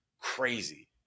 Crazy